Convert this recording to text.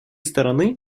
стороны